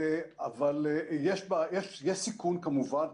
אבל יש סיכון, כמובן.